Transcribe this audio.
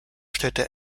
städte